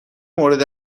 مورد